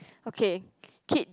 okay Kit